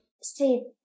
say